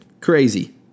crazy